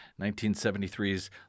1973's